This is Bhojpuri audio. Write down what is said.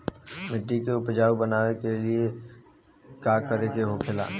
मिट्टी के उपजाऊ बनाने के लिए का करके होखेला?